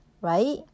right